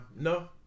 no